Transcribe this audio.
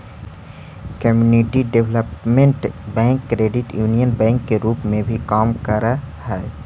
community development bank credit union bank के रूप में भी काम करऽ हइ